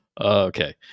Okay